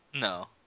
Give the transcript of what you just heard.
No